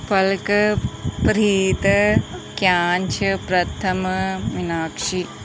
ਪਲਕ ਪ੍ਰੀਤ ਕਿਆਂਛ ਪ੍ਰਥਮ ਮੀਨਾਕਸ਼ੀ